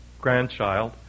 grandchild